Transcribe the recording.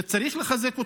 שצריך לחזק אותן,